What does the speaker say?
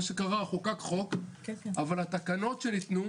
מה שקרה הוא שחוקק החוק אבל התקנות שניתנו